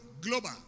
global